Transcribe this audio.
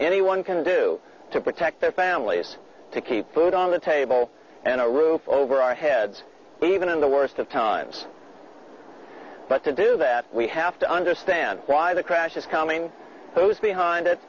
anyone can do to protect their families to keep food on the table and a roof over our heads even in the worst of times but to do that we have to understand why the crash is coming those behind it